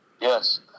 Yes